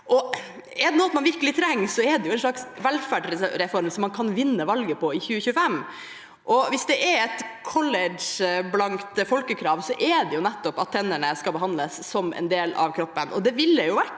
Er det noe man virkelig trenger, er det en slags velferdsreform som man kan vinne valget med i 2025. Hvis det er ett Colgate-blankt folkekrav, er det nettopp at tennene skal behandles som en del av kroppen.